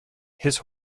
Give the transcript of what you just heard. his